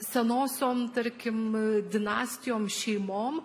senosiom tarkim dinastijom šeimom